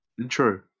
Intro